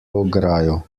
ograjo